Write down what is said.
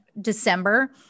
December